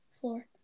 floor